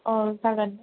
अ जागोन